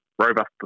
robust